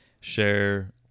share